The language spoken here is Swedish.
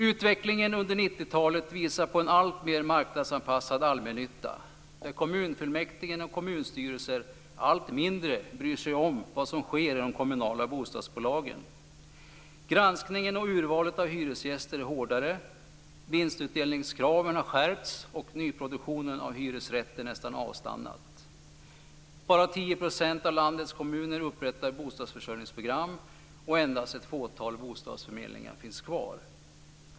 Utvecklingen under 90-talet visar på en alltmer marknadsanpassad allmännytta, där kommunfullmäktige och kommunstyrelser allt mindre bryr sig om vad som sker i de kommunala bostadsbolagen. Granskningen och urvalet av hyresgäster är hårdare, vinstutdelningskraven har skärpts och nyproduktionen av hyresrätter nästan avstannat. Bara 10 % av landets kommuner upprättar bostadsförsörjningsprogram, och endast ett fåtal bostadsförmedlingar finns kvar.